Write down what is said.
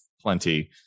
plenty